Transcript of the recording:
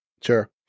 Sure